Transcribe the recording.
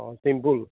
অঁ চিম্পুল